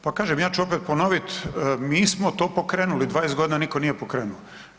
Pa kažem ja ću opet ponovit, mi smo to pokrenuli, 20 godina nitko nije pokrenuo.